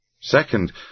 Second